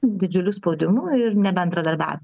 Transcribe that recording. didžiuliu spaudimu ir nebendradarbiaut